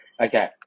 Okay